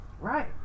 Right